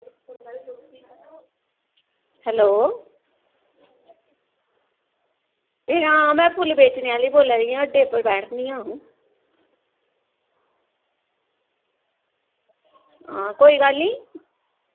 hello हे हां में फुल्ल बेचनें आह्ली बोल्ला दी आं अड्डे पर बैठदी आं हां कोई गल्ल नी